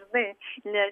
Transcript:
žinai ne